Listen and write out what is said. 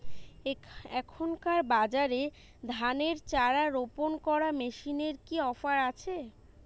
এখনকার বাজারে ধানের চারা রোপন করা মেশিনের কি অফার আছে?